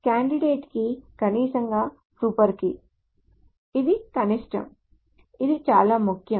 candidate key కనీస super key ఇది కనిష్టం ఇది చాలా ముఖ్యం